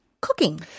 cooking